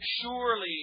surely